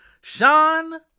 Sean